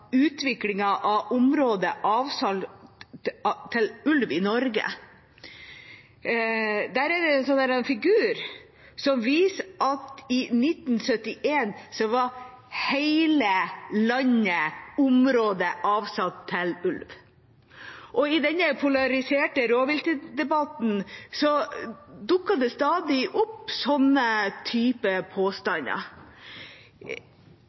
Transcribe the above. av områder avsatt til ulv i Norge. Der er det en figur som viser at i 1971 var hele landet avsatt til ulv. I den polariserte rovviltdebatten dukker det stadig opp